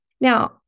Now